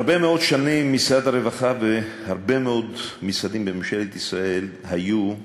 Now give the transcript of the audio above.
הרבה מאוד שנים משרד הרווחה והרבה מאוד משרדים בממשלת ישראל היו,